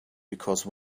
because